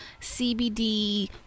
CBD